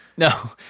No